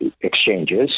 exchanges